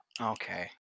Okay